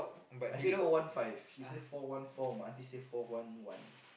I say four one five she say four one four my auntie say four one one